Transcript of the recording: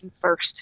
first